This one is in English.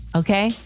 okay